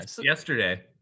Yesterday